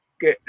good